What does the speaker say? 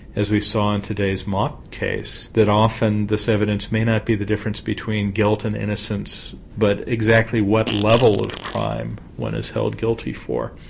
as we saw on today's mock case that often this evidence may not be the difference between guilt and innocence, but exactly what level of crime one is held guilty for.